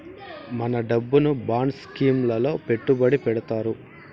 మన డబ్బును bond scheme లలో పెట్టుబడి పెడతారు